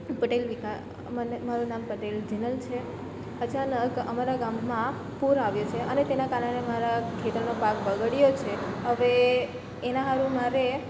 પટેલ વિકા મારું નામ પટેલ જીનલ છે અચાનક અમારા ગામમાં પૂર આવ્યું છે અને તેના કારણે અમારાં ખેતરમાં પાક બગડ્યો છે હવે એના સારું મારે